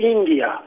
India